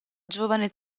giovane